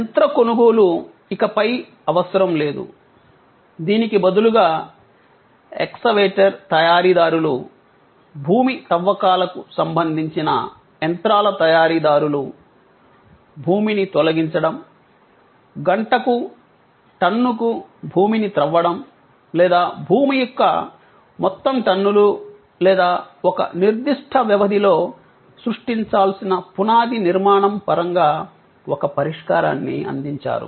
యంత్ర కొనుగోలు ఇకపై అవసరం లేదు దీనికి బదులుగా ఎక్స్కవేటర్ తయారీదారులు భూమితవ్వకాలకు సంబంధించిన యంత్రాల తయారీదారులు భూమిని తొలగించడం గంటకు టన్నుకు భూమిని త్రవ్వడం లేదా భూమి యొక్క మొత్తం టన్నులు లేదా ఒక నిర్దిష్ట వ్యవధిలో సృష్టించాల్సిన పునాది నిర్మాణం పరంగా ఒక పరిష్కారాన్ని అందించారు